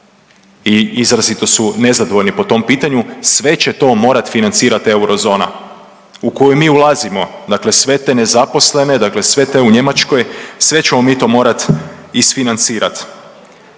i izrazito su nezadovoljni po tom pitanju. Sve će to morati financirati euro zona u koju mi ulazimo, dakle sve te nezaposlene, dakle sve te u Njemačkoj, sve ćemo mi to morati isfinancirati.